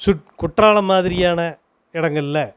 சுற் குற்றாலம் மாதிரியான இடங்களில்